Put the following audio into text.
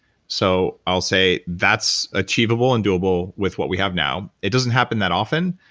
so i'll say that's achievable and doable with what we have now. it doesn't happen that often,